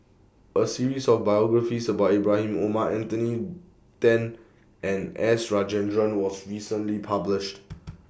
A series of biographies about Ibrahim Omar Anthony Then and S Rajendran was recently published